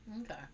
Okay